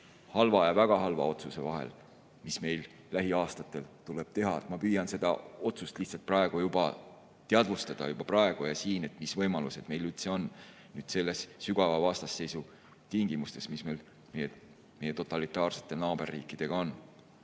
halva ja väga halva otsuse vahel, mis meil lähiaastatel tuleb teha. Ma püüan lihtsalt teadvustada juba praegu ja siin, mis võimalused meil üldse on selle sügava vastasseisu tingimustes, mis meil meie totalitaarsete naaberriikidega on.